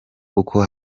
kuko